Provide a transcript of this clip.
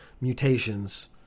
mutations